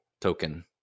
token